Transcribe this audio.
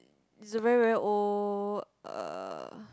it's a very very old uh